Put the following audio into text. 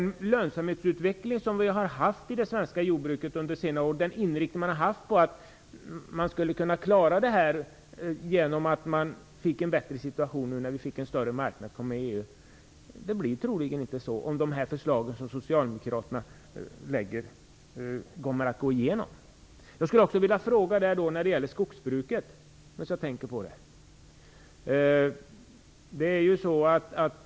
Inriktningen i det svenska jordbruket under senare år har varit att man skulle klara sig genom att situation blev bättre om vi kom med i EU och fick en större marknad. Om de förslag som Socialdemokraterna lägger fram går igenom blir det troligen inte så. Medan jag tänker på det skulle jag vilja fråga någonting om skogsbruket.